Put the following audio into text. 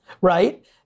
right